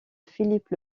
philippe